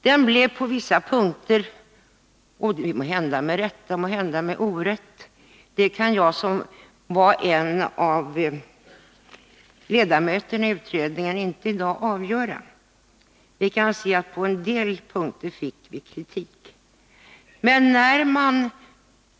Den blev på vissa punkter kritiserad — måhända med rätta och måhända med orätt, det kan jag som var en av ledamöterna i utredningen inte avgöra i dag.